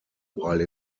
while